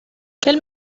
quel